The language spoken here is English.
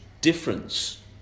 difference